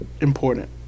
important